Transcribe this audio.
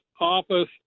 office